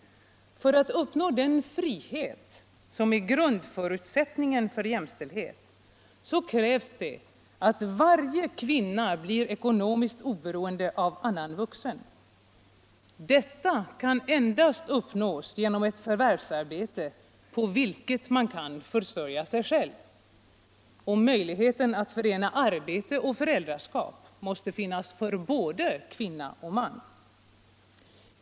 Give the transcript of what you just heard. För att man skall uppnå den frihet som är en grundförutsättning för jämställdhet krävs det att varje kvinna blir ekonomiskt oberoende av annan vuxen. Detta kan endast uppnås genom ett förvärvsarbete på vilket man kan försörja sig själv. Möjligheten att förena arbete och föräldraskap måste finnas för både kvinna och man.